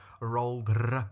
rolled